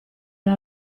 era